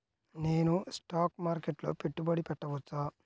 నేను స్టాక్ మార్కెట్లో పెట్టుబడి పెట్టవచ్చా?